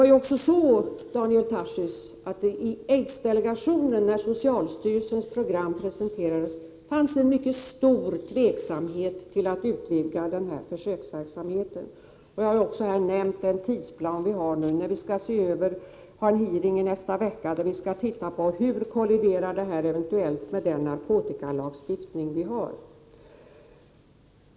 När socialstyrelsens program presenterades, Daniel Tarschys, fanns det i aidsdelegationen en mycket stor tveksamhet mot att utvidga försöksverksamheten. Jag har också nämnt den tidsplan som finns. Vi skall i en hearing nästa vecka se om försöksverksamheten eventuellt kolliderar med den narkotikalagstiftning vi har.